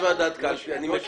אני אומר